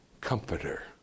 comforter